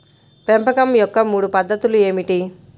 పెంపకం యొక్క మూడు పద్ధతులు ఏమిటీ?